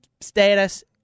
status